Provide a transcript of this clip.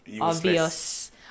obvious